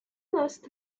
last